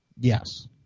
Yes